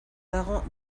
dago